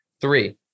Three